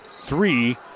three